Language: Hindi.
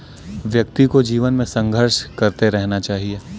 व्यक्ति को जीवन में संघर्ष करते रहना चाहिए